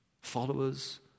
followers